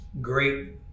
great